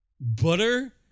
Butter